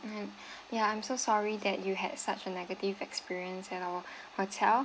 mm ya I'm so sorry that you had such a negative experience at our hotel